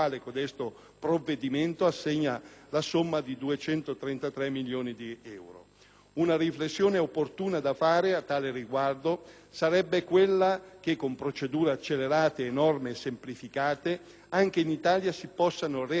Una riflessione opportuna da fare a tale riguardo è che, con procedure accelerate e norme semplificate, anche in Italia si possono realizzare grandi opere in tempi contenuti. Sarebbe quindi opportuno